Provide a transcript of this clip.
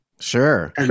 sure